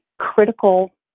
critical